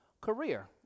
career